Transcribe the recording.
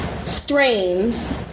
strains